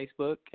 facebook